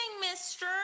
mister